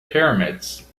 pyramids